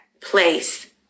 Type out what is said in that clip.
place